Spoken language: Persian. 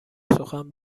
سخن